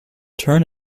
turn